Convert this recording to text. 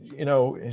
you know,